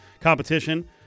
competition